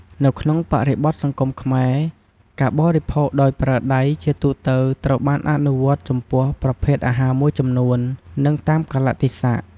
នៅក្នុងបរិបទសង្គមខ្មែរ ការបរិភោគដោយប្រើដៃជាទូទៅត្រូវបានអនុវត្តចំពោះប្រភេទអាហារមួយចំនួន និងតាមកាលៈទេសៈ។